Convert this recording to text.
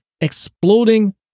exploding